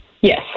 Yes